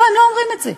לא, הם לא אומרים את זה,